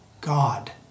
God